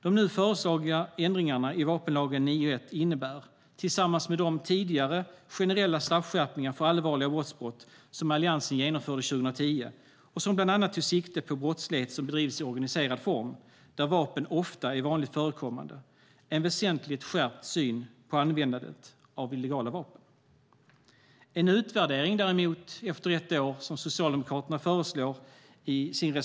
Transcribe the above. De nu föreslagna ändringarna i 9 kap. 1 § vapenlagen innebär - tillsammans med de generella straffskärpningar för allvarliga våldsbrott som Alliansen genomförde 2010 och som bland annat tog sikte på brottslighet som bedrivits i organiserad form, där vapen ofta är vanligt förekommande - en väsentligt skärpt syn på användandet av illegala vapen. Socialdemokraterna föreslår i sin reservation en utvärdering efter ett år.